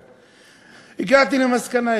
הגעתי למסקנה אחת: